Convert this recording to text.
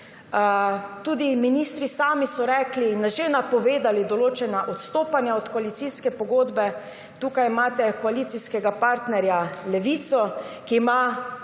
Tudi ministri sami so rekli, že napovedali določena odstopanja od koalicijske pogodbe. Tukaj imate koalicijskega partnerja Levico, ki ima